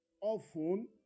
often